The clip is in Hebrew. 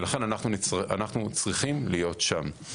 ולכן אנחנו צריכים להיות שם.